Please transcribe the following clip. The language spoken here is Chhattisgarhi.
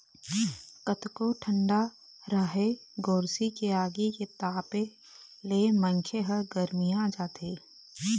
कतको ठंडा राहय गोरसी के आगी के तापे ले मनखे ह गरमिया जाथे